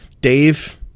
Dave